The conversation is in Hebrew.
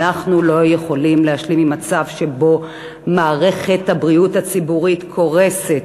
אנחנו לא יכולים להשלים עם מצב שבו מערכת הבריאות הציבורית קורסת.